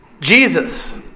Jesus